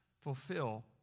fulfill